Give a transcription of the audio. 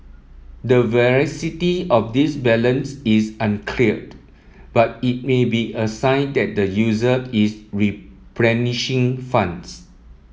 the veracity of this balance is uncleared but it may be a sign that the user is replenishing funds